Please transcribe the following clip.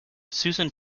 susan